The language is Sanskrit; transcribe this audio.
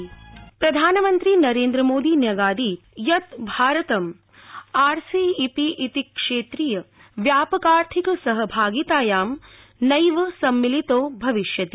प्रधानमन्त्री प्रधानमन्त्री नरेन्द्रमोदी न्यगादीत् यत् भारतं आर सी ई पी इति क्षेत्रीय व्यापकार्थिक सहभागितायां नैव सम्मिलितो भविष्यति